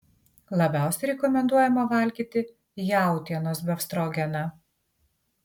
labiausiai rekomenduojama valgyti jautienos befstrogeną